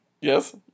Yes